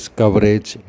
coverage